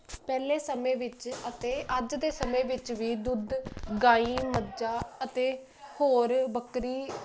ਪਹਿਲੇ ਸਮੇਂ ਵਿੱਚ ਅਤੇ ਅੱਜ ਦੇ ਸਮੇਂ ਵਿੱਚ ਵੀ ਦੁੱਧ ਗਾਈ ਮੱਜਾ ਅਤੇ ਹੋਰ ਬੱਕਰੀ